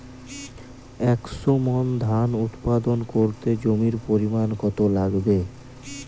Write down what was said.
একশো মন ধান উৎপাদন করতে জমির পরিমাণ কত লাগবে?